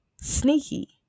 sneaky